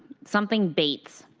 something bates.